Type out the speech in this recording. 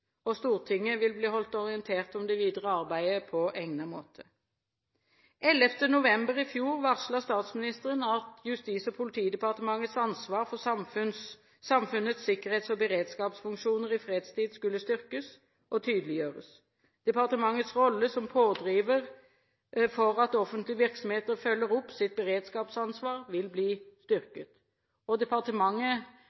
Stortinget vil bli holdt orientert om det videre arbeidet på egnet måte. Den 11. november i fjor varslet statsministeren at Justis- og politidepartementets ansvar for samfunnets sikkerhets- og beredskapsfunksjoner i fredstid skulle styrkes og tydeliggjøres. Departementets rolle som pådriver for at offentlige virksomheter følger opp sitt beredskapsansvar, vil bli